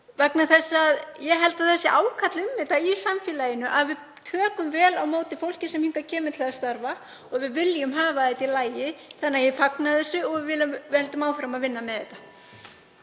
vegna þess að ég held að ákall sé um það í samfélaginu að við tökum vel á móti fólki sem hingað kemur til að starfa og við viljum hafa þetta í lagi. Ég fagna þessu og við höldum áfram að vinna með þetta.